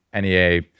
NEA